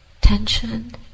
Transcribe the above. Tension